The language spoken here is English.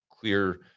clear